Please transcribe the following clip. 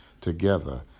together